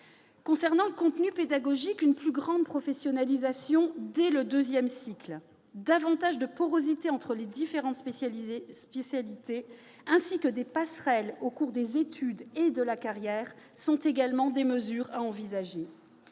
concerne le contenu pédagogique, une plus grande professionnalisation dès le deuxième cycle, une plus grande porosité entre les différentes spécialités et des passerelles au cours des études et de la carrière sont également à envisager.